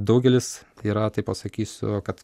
daugelis yra taip pasakysiu kad